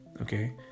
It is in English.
Okay